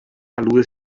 alude